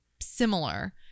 similar